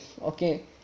okay